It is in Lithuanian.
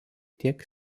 tiek